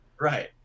Right